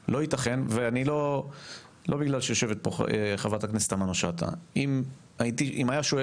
לא ייתכן שמדינת ישראל מתקצבת, מביאה, עושה